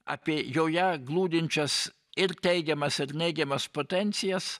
apie joje glūdinčias ir teigiamas ir neigiamas potencijas